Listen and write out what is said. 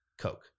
Coke